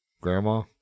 Grandma